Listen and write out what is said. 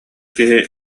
киһи